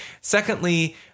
secondly